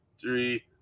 three